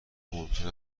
ممکن